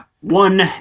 one